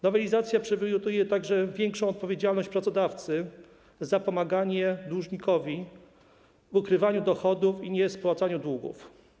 Nowelizacja przewiduje także większą odpowiedzialność pracodawcy za pomaganie dłużnikowi w ukrywaniu dochodów i niespłacaniu długów.